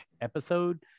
episode